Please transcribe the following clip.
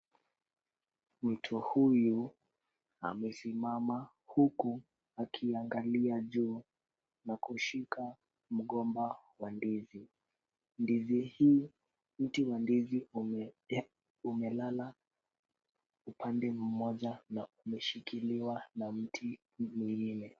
Mtu huyu amesimama huku akiangalia juu na kushika mgomba wa ndizi. Mti wa ndizi umelala upande mmoja na umeshikiliwa na mti mwingine.